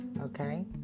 Okay